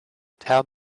tell